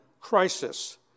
crisis